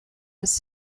was